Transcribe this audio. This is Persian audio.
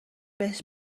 بهش